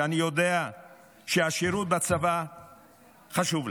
שאני יודע שהשירות בצבא חשוב לך.